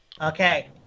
Okay